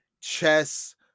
Chess